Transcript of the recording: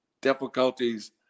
difficulties